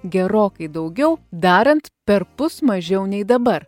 gerokai daugiau darant perpus mažiau nei dabar